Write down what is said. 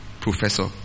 professor